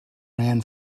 ran